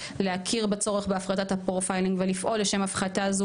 להכיר בצורך בהפחתת הפרופיילינג ולפעול לשם הפחתה זו,